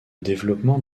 développement